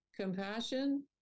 compassion